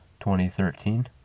2013